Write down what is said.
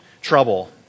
trouble